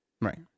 Right